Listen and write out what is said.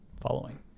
following